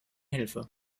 hilfe